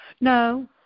No